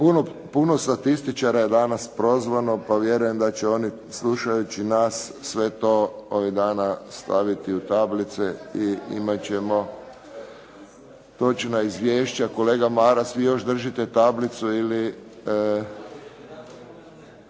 Puno statističara je danas prozvano pa vjerujem da će oni slušajući nas sve to ovih dana staviti u tablice i imat ćemo točna izvješća. Kolega Maras, vi još držite tablicu ili